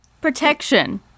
protection